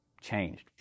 changed